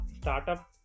startup